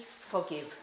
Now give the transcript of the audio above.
forgive